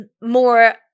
more